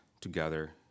together